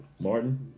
Martin